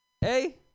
Hey